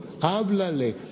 Háblale